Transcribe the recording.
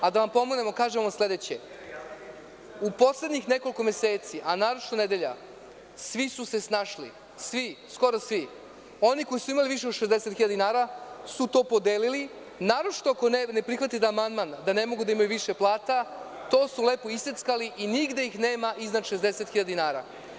Da vam pomognem, da vam kažemo sledeće, u poslednjih nekoliko meseci, a naročito nedelja, svi su se snašli, skoro svi, oni koji su imali više od 60.000 dinara su to podelili, naročito ako ne prihvatite amandman da ne mogu da imaju više plata, to su lepo iseckali i nigde ih nema iznad 60.000 dinara.